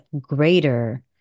greater